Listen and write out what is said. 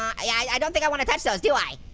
i don't think i wanna touch those, do i?